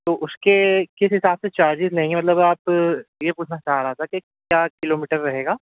تو اس کے کس حساب سے چارجز لیں گے مطلب آپ یہ پوچھنا چاہ رہا تھا کہ کیا کلو میٹر رہے گا